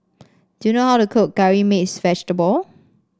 do you know how to cook Curry Mixed Vegetable